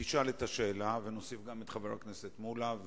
תשאל את השאלה ונוסיף גם את חבר הכנסת מולה.